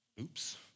Oops